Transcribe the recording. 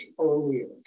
earlier